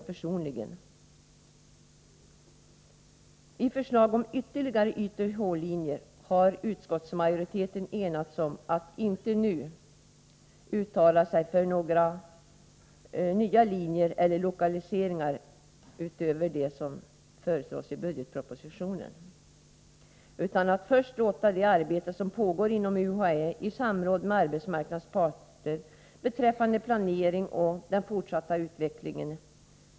I fråga om förslag om ytterligare YTH-linjer har utskottsmajoriteten enats om att inte nu uttala sig för några nya linjer eller lokaliseringar utöver dem som föreslås i budgetpropositionen, utan först avvakta det arbete som pågår inom UHÄ i samråd med arbetsmarknadens parter beträffande planering och den fortsatta utvecklingen.